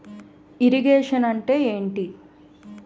Irrigation అంటే ఏంటీ?